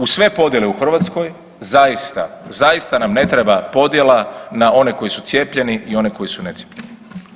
Uz sve podjele u Hrvatskoj zaista, zaista nam ne treba podjela na one koji su cijepljeni i one koji su necijepljeni.